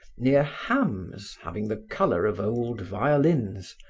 near hams having the color of old violins,